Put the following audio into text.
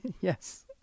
Yes